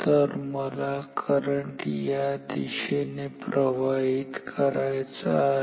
तर मला करंट या दिशेने प्रवाहित करायचा आहे